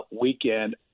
Weekend